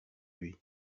lui